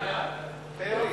נגד זה ועדת הפנים.